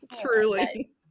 Truly